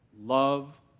Love